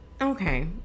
Okay